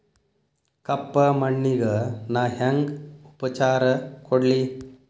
ಕಪ್ಪ ಮಣ್ಣಿಗ ನಾ ಹೆಂಗ್ ಉಪಚಾರ ಕೊಡ್ಲಿ?